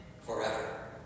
forever